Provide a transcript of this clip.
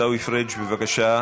עיסאווי פריג', בבקשה.